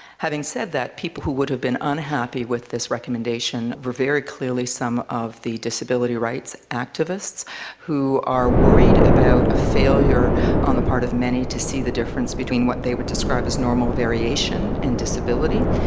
having said that, people who would have been unhappy with this recommendation were very clearly some of the disability rights activists who are worried about a failure on the part of many to see the difference between what they would describe as normal variation and disability,